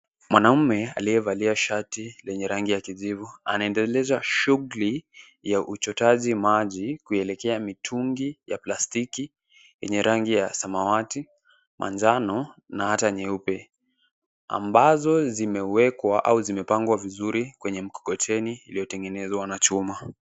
Mwanamme aliyevalia shati lenye rangi ya kijivu anaendeleza shughuli ya uchotaji maji kuielekea mitungi ya plastiki yenye rangi ya samawati, manjano na hata nyeupe ambazo zimewekwa au zimepangwa vizuri kwenye mkokoteni ulio tengenezwa na chuma.